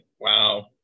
wow